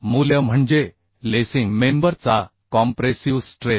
मूल्य म्हणजे lacing member चा कॉम्प्रेसिव स्ट्रेस